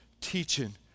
teaching